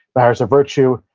matters or virtue,